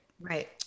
Right